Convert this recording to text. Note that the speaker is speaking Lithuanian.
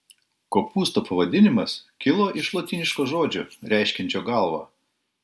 kopūsto pavadinimas kilo iš lotyniško žodžio reiškiančio galvą